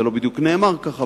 זה לא בדיוק נאמר כך,